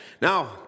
Now